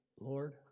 Lord